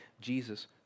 Jesus